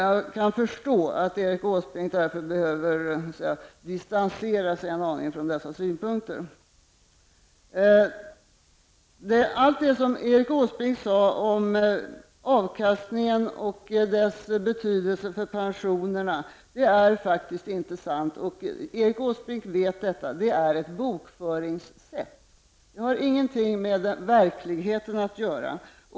Jag kan därför förstå att Erik Åsbrink behöver distansera sig en aning från dessa synpunkter. Allt det som Erik Åsbrink sade om avkastningen och dess betydelse för pensionerna är faktiskt inte sant. Erik Åsbrink vet detta. Det är ett bokföringssätt och har ingenting med verkligheten att göra.